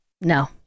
No